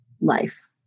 life